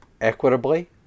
equitably